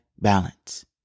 balance